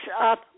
up